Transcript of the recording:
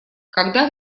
когда